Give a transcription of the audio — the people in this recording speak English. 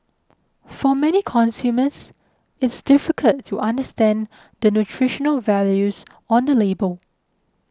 for many consumers it's difficult to understand the nutritional values on the label